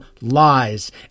lies